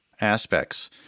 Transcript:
aspects